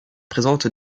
présente